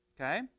Okay